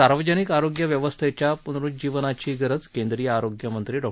सार्वजनिक आरोग्य व्यवस्थेच्या पूनरुज्जीवनाची गरज केंद्रीय आरोग्य मंत्री डॉ